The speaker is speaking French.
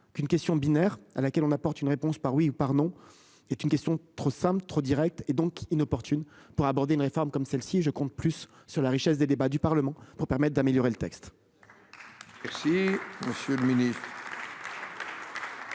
qu'une question binaire à laquelle on apporte une réponse par oui ou par non, est une question trop simple, trop Direct et donc inopportune pour aborder une réforme comme celle-ci je compte plus sur la richesse des débats du Parlement pour permettre d'améliorer le texte.